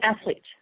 athlete